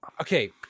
okay